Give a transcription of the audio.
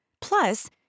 Plus